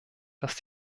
dass